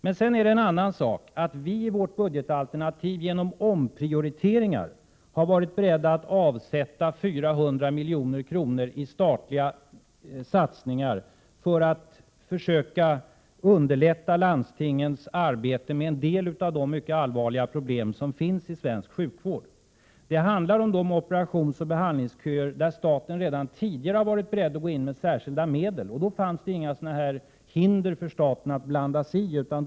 Men sedan är det också en annan sak, nämligen att vi i vårt budgetalternativ genom omprioriteringar har varit beredda att avsätta 400 milj.kr. för statliga satsningar för att försöka underlätta landstingens arbete när det gäller en del av de mycket allvarliga problem som finns inom svensk sjukvård. Det handlar om de operationsoch behandlingsköer för vilka staten redan tidigare har varit beredd att gå in med särskilda medel. Då fanns det inga sådana här hinder för staten att blanda sig i, tvärtom.